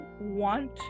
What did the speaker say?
want